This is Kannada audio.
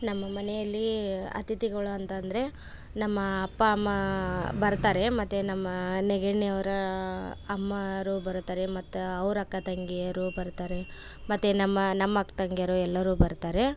ನಮ್ಮ ಮನೆಯಲ್ಲಿ ಅತಿಥಿಗಳು ಅಂತಂದರೆ ನಮ್ಮ ಅಪ್ಪ ಅಮ್ಮ ಬರ್ತಾರೆ ಮತ್ತು ನಮ್ಮ ನೆಗಣ್ಣಿ ಅವರ ಅಮ್ಮಾವ್ರು ಬರುತ್ತಾರೆ ಮತ್ತು ಅವ್ರ ಅಕ್ಕ ತಂಗಿಯರು ಬರ್ತಾರೆ ಮತ್ತು ನಮ್ಮ ನಮ್ಮ ಅಕ್ಕ ತಂಗಿಯರು ಎಲ್ಲರೂ ಬರ್ತಾರೆ